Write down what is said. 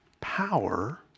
power